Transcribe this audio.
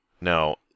Now